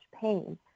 pain